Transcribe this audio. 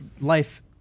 life